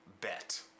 bet